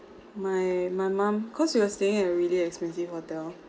my my mom cause we were staying at a really expensive hotel